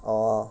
oh